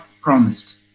promised